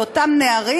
באותם נערים.